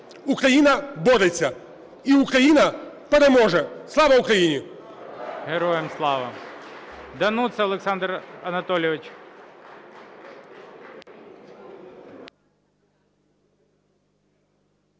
Україна бореться і Україна переможе! Слава Україні! ГОЛОВУЮЧИЙ. Героям слава! Дануца Олександр Анатолійович.